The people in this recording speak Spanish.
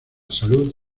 salud